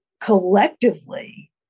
collectively